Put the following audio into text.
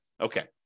Okay